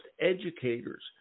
educators